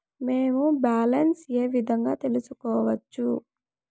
మేము బ్యాలెన్స్ ఏ విధంగా తెలుసుకోవచ్చు?